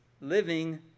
living